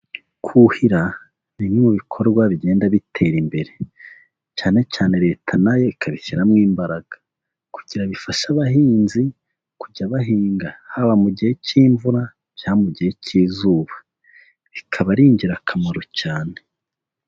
Kuhira bimwe mu bikorwa bigenda bitera imbere, cyane cyane leta nayo ikabishyiramo imbaraga kugira bifashe abahinzi kujya bahinga haba mu gihe cy'imvura, cyangwa mugihe cy'izuba. Bikaba ari ingirakamaro cyane.